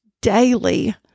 daily